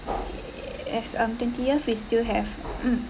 yes um twentieth we still have mm